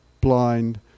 blind